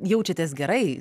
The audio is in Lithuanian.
jaučiatės gerai